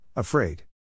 Afraid